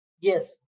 yes